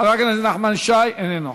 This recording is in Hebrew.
חבר הכנסת נחמן שי, איננו,